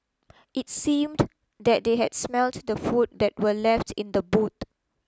it seemed that they had smelt the food that were left in the boot